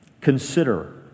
consider